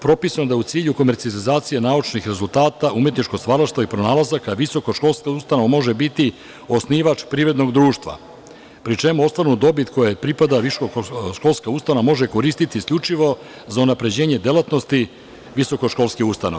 Propisano je da je u cilju komercijalizacije naučnih rezultata, umetnički stvaralaštvo i pronalazaka visokoškolska ustanova može biti osnivač privrednog društva, pri čemu ostvarenu dobit koja pripada visokoškolskoj ustanovi može koristiti isključivo za unapređenje delatnosti visokoškolske ustanove.